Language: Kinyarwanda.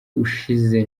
ushize